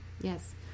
Yes